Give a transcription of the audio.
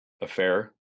affair